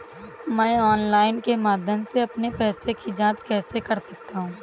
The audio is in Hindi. मैं ऑनलाइन के माध्यम से अपने पैसे की जाँच कैसे कर सकता हूँ?